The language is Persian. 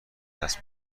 دست